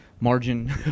margin